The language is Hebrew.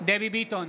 דבי ביטון,